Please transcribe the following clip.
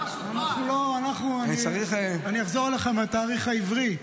--- אני אחזור אליך עם התאריך העברי,